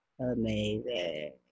amazing